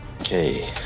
okay